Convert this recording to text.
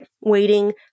waiting